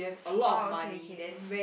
oh okay okay